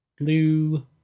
Blue